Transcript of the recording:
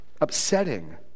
upsetting